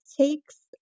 takes